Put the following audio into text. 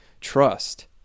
trust